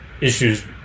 issues